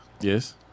Yes